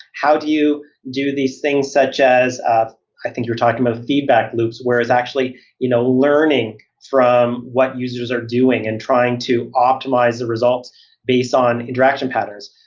how do you do these things such as, ah i think you're talking about feedback loops, whereas actually you know learning from what users are doing and trying to optimize the results based on interaction patterns.